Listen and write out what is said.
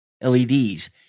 LEDs